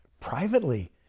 Privately